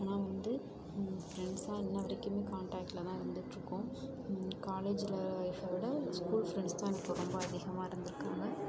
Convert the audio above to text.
ஆனால் வந்து ஃப்ரெண்ட்ஸ்லாம் இன்னம் வரைக்குமே காண்டாக்ட்ல தான் இருந்துகிட்ருக்கோம் காலேஜில் லைஃபை விட ஸ்கூல் ஃப்ரெண்ட்ஸ் தான் எனக்கு ரொம்ப அதிகமாக இருந்திருக்காங்க